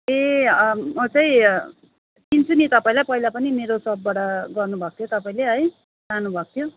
ए म चाहिँ चिन्छु नि तपाईँलाई पहिला पनि मेरो सपबाट गर्नुभएको थियो तपाईँले है लानुभएको थियो